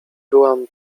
byłam